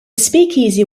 speakeasy